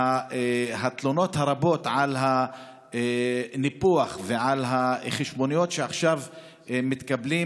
והתלונות הרבות על הניפוח ועל החשבוניות שעכשיו מקבלים